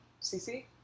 CC